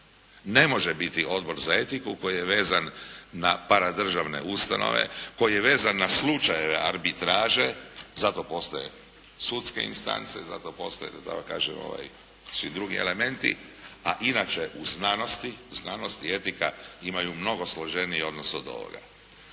Ne može biti Odbor za etiku koji je vezan na paradržavne ustanove, koji je vezan na slučajeve arbitraže. Zato postoje sudske instance, zato postoje da tako kažem svi drugi elementi, a inače u znanosti, znanost i etika imaju mnogo složeniji odnos od ovoga.